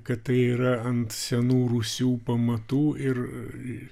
kad tai yra ant senų rūsių pamatų ir